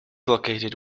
located